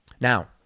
Now